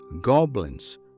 goblins